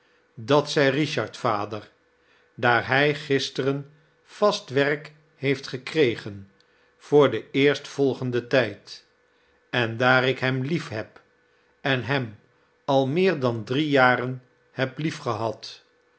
dat zei ricliard vader daar hij gisteren vast werk heeft gekregen voor den eerstvolgenden tijd en daar ik hem liefheb en hem al meer dan drie jaren heb